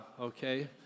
okay